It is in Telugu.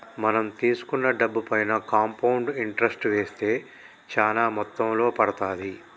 మనం తీసుకున్న డబ్బుపైన కాంపౌండ్ ఇంటరెస్ట్ వేస్తే చానా మొత్తంలో పడతాది